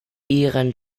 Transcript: ihren